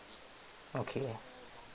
okay